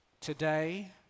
today